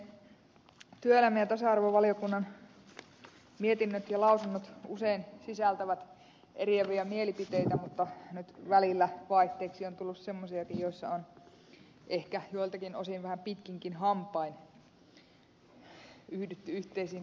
työelämä ja tasa arvovaliokunnan mietinnöt ja lausunnot usein sisältävät eriäviä mielipiteitä mutta nyt välillä vaihteeksi on tullut semmoisiakin joissa on ehkä joiltakin osin vähän pitkinkin hampain yhdytty yhteisiin kantoihin